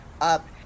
up